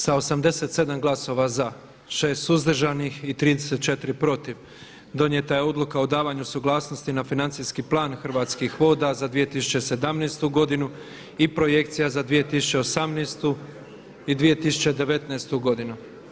Sa 87 glasova za, 6 suzdržanih i 34 protiv donijeta je Odluka o davanju suglasnosti na financijski plan Hrvatskih voda za 2017. godinu i Projekcija za 2018. i 2019. godinu.